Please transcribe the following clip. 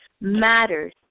matters